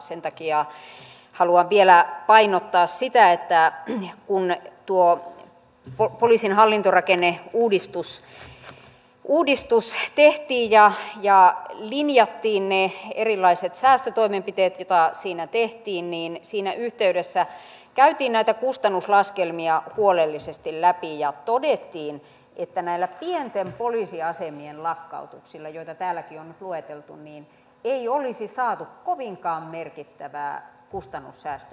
sen takia haluan vielä painottaa sitä että kun tuo poliisin hallintorakenneuudistus tehtiin ja linjattiin ne erilaiset säästötoimenpiteet joita siinä tehtiin niin siinä yhteydessä käytiin näitä kustannuslaskelmia huolellisesti läpi ja todettiin että näiden pienten poliisiasemien lakkautuksilla joita täälläkin on nyt lueteltu ei olisi saatu kovinkaan merkittävää kustannussäästöä aikaiseksi